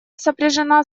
сопряжена